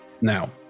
Now